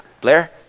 Blair